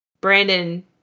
Brandon